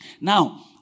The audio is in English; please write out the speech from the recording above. Now